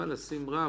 אבל לשים רף.